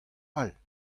all